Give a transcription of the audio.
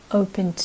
open